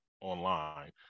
online